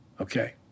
okay